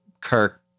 Kirk